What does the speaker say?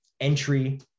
entry